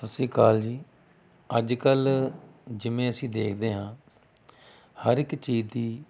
ਸਤਿ ਸ਼੍ਰੀ ਅਕਾਲ ਜੀ ਅੱਜਕੱਲ੍ਹ ਜਿਵੇਂ ਅਸੀਂ ਦੇਖਦੇ ਹਾਂ ਹਰ ਇੱਕ ਚੀਜ਼ ਦੀ